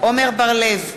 עמר בר-לב,